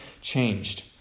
changed